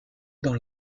dans